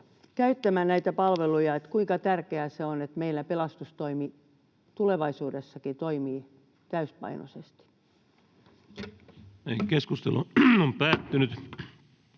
käyttämään näitä palveluja, sen, kuinka tärkeää se on, että meillä pelastustoimi tulevaisuudessakin toimii täysipainoisesti. [Speech 119]